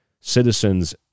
citizens